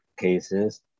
cases